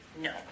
No